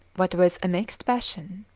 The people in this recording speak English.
but with a mixed passion.